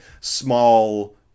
small